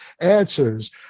answers